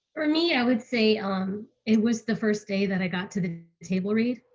for me, i would say um it was the first day that i got to the table read.